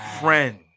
friend